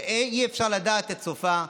שאי-אפשר לדעת את סופה,